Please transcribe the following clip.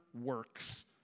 works